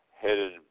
headed